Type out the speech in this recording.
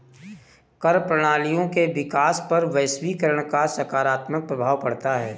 कर प्रणालियों के विकास पर वैश्वीकरण का सकारात्मक प्रभाव पढ़ता है